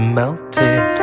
melted